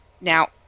Now